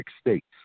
States